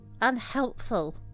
unhelpful